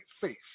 face